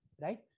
right